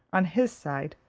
on his side,